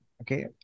Okay